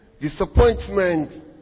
disappointment